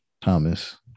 Thomas